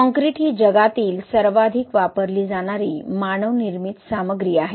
concrete ही जगातील सर्वाधिक वापरली जाणारी मानवनिर्मित सामग्री आहे